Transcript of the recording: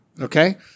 Okay